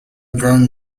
growing